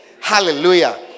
Hallelujah